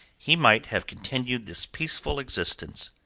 he might have continued this peaceful existence,